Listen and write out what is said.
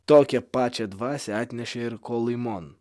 tokią pačią dvasią atnešė ir kolymon